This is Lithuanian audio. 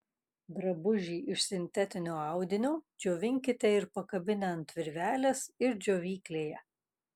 drabužį iš sintetinio audinio džiovinkite ir pakabinę ant virvelės ir džiovyklėje